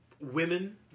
women